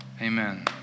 Amen